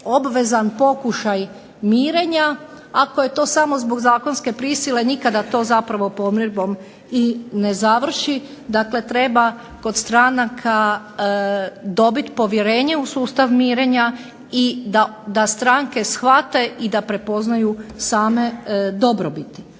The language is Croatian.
obvezan pokušaj mirenja ako je to samo zbog same prisile nikada to pomirbom i ne završi. Dakle, treba kod stranka dobiti povjerenje u sustav mirenja i da stranke shvate i da prepoznaju same dobrobit.